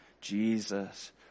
Jesus